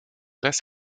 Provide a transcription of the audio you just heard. less